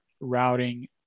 routing